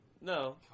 No